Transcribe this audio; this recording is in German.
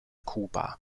kuba